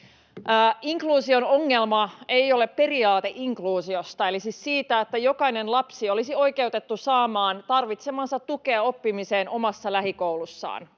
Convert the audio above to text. Inkluusion ongelma ei ole periaate inkluusiosta, siis siitä, että jokainen lapsi olisi oikeutettu saamaan tarvitsemaansa tukea oppimiseen omassa lähikoulussaan.